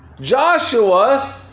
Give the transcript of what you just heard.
Joshua